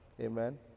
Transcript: Amen